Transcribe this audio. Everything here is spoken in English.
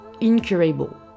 incurable